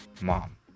mom